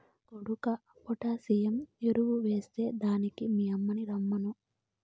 కొడుకా పొటాసియం ఎరువెస్తే దానికి మీ యమ్మిని రమ్మను